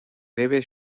debe